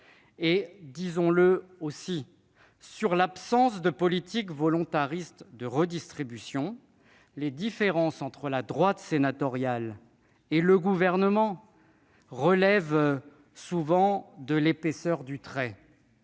Pour ce qui est de l'absence de politique volontariste de redistribution, les différences entre la droite sénatoriale et le Gouvernement relèvent souvent de l'épaisseur du trait.